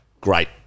great